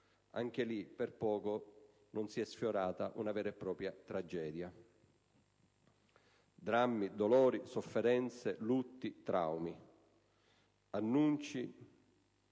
Anche lì si è sfiorata una vera e propria tragedia. Drammi, dolori, sofferenze, lutti, traumi. Annunci,